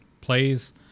plays